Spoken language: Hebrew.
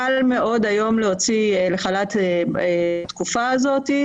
קל מאוד היום להוציא לחל"ת בתקופה הזאת.